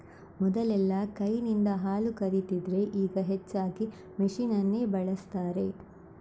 ಮೊದಲೆಲ್ಲಾ ಕೈನಿಂದ ಹಾಲು ಕರೀತಿದ್ರೆ ಈಗ ಹೆಚ್ಚಾಗಿ ಮೆಷಿನ್ ಅನ್ನೇ ಬಳಸ್ತಾರೆ